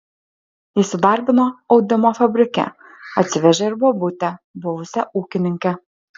įsidarbino audimo fabrike atsivežė ir bobutę buvusią ūkininkę